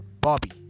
Bobby